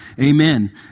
amen